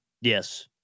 Yes